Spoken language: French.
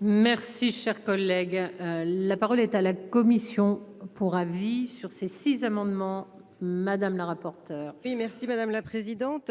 Merci, cher collègue, la parole est à la Commission pour avis sur ces six amendements madame la rapporteure. Oui merci madame la présidente.